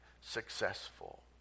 successful